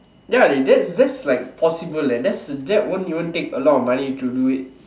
ya dey that that's like possible eh that won't take a lot of money to do it